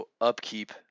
upkeep